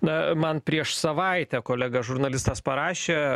na man prieš savaitę kolega žurnalistas parašė